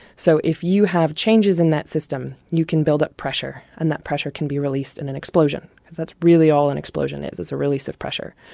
so if you have changes in that system, you can build up pressure, and that pressure can be released in an explosion so that's really all an explosion is it's a release of pressure.